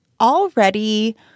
already